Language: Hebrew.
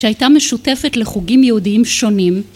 ‫שהייתה משותפת לחוגים יהודיים שונים.